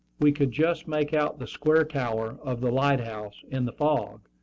we could just make out the square tower of the light-house in the fog,